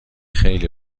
خیلی